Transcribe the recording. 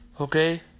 okay